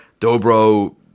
dobro